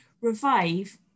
revive